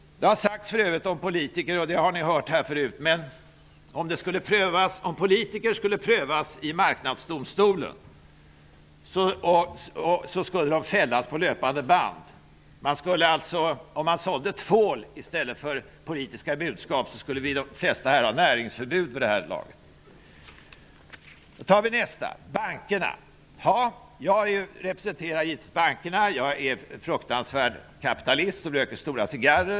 Det har för övrigt sagts om politiker -- det har ni hört här förut -- att om politiker skulle prövas i Marknadsdomstolen så skulle de fällas på löpande band. Om vi som sitter här sålde tvål i stället för politiska budskap skulle de flesta här ha näringsförbud vid det här laget. Så tar vi nästa: bankerna. Jag representerar givetvis bankerna -- jag är en fruktansvärd kapitalist som röker stora cigarrer.